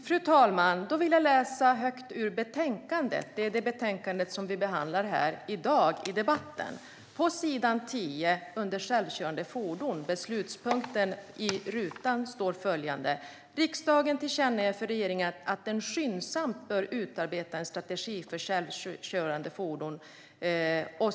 Fru talman! Då vill jag läsa högt ur det betänkande som vi behandlar här i dag. På s. 10 under rubriken Självkörande fordon står det i beslutspunkten i rutan: "Riksdagen tillkännager för regeringen att den skyndsamt bör utarbeta en strategi för självkörande fordon."